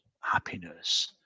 happiness